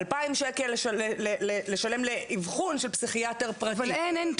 2,000 שקל לשלם לאיבחון של פסיכיאטר פרטי --- אבל אין תורים.